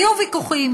והיו ויכוחים: